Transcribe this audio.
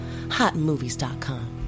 hotmovies.com